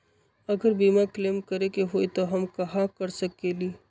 अगर बीमा क्लेम करे के होई त हम कहा कर सकेली?